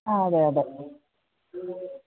ആ അതെ അതെ